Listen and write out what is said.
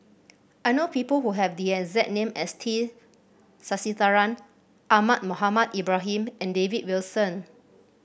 I know people who have the exact name as T Sasitharan Ahmad Mohamed Ibrahim and David Wilson